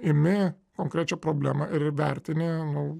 imi konkrečią problemą ir vertini nu